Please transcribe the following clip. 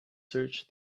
search